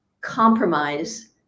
compromise